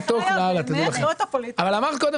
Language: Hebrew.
אמרת לנו